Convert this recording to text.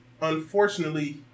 unfortunately